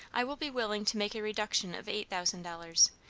i will be willing to make a reduction of eight thousand dollars,